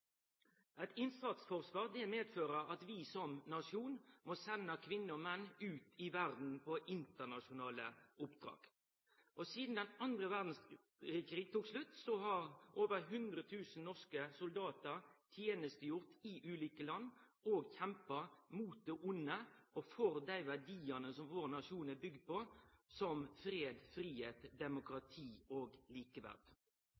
Eit innsatsforsvar inneber at vi som nasjon må sende kvinner og menn ut i verda på internasjonale oppdrag. Sidan den andre verdskrigen tok slutt, har over 100 000 norske soldatar tenestegjort i ulike land og kjempa mot det vonde og for dei verdiane som vår nasjon er bygd på, slik som fred,